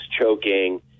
choking